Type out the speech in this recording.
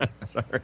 Sorry